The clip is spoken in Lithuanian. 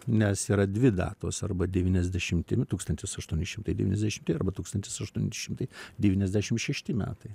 nes yra dvi datos arba devyniasdešimti nu tūkstantis aštuoni šimtai devyniasdešimti arba tūkstantis aštuoni šimtai devyniasdešim šešti metai